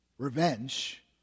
Revenge